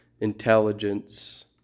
intelligence